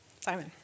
Simon